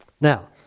Now